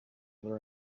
other